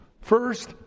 First